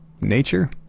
nature